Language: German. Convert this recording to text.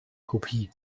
kopie